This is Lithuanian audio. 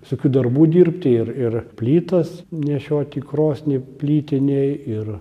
visokių darbų dirbti ir ir plytas nešiot į krosnį plytinėj ir